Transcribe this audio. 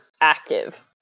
active